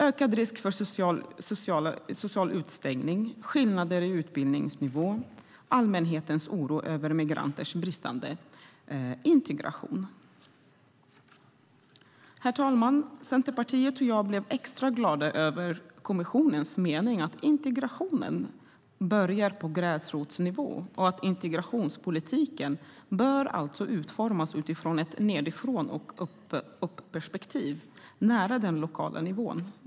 Man tar också upp ökad risk för social utestängning, skillnader i utbildningsnivå och allmänhetens oro över migranters bristande integration. Herr talman! Centerpartiet och jag blev extra glada över att kommissionen uttrycker att integrationen börjar på gräsrotsnivå och att integrationspolitiken alltså bör utformas utifrån ett nedifrån-och-upp-perspektiv nära den lokala nivån.